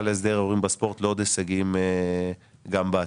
להסדר הימורים בספורט לעוד הישגים גם בעתיד.